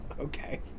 Okay